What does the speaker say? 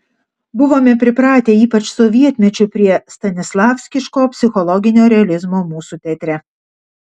buvome pripratę ypač sovietmečiu prie stanislavskiško psichologinio realizmo mūsų teatre